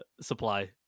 supply